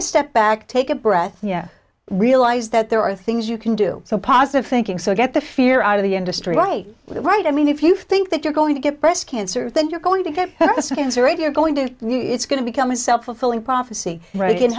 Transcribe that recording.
a step back take a breath realize that there are things you can do so positive thinking so get the fear out of the industry right right i mean if you think that you're going to get breast cancer then you're going to have the signs are radio going to it's going to become a self fulfilling prophecy right it